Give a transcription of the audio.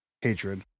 hatred